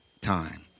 time